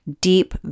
deep